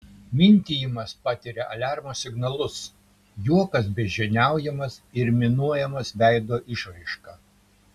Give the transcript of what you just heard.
mintijimas patiria aliarmo signalus juokas beždžioniaujamas ir minuojamas veido išraiška